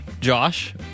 Josh